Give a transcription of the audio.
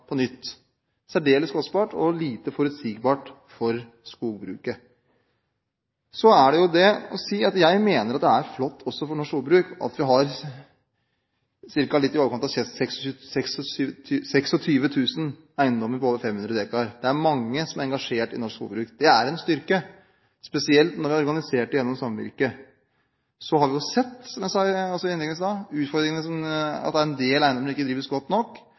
på da man igjen endret skattereglene. Det var særdeles kostbart og lite forutsigbart for skogbruket. Jeg mener også at det er flott for norsk jordbruk at vi har litt i overkant av 26 000 eiendommer på over 500 dekar. Det er mange som er engasjert i norsk skogbruk, og det er en styrke, spesielt når en er organisert gjennom samvirket. Så har vi sett, som jeg også sa i innlegget mitt i stad, utfordringene ved at det er en del eiendommer som ikke drives godt nok,